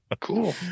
cool